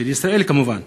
של ישראל, כמובן.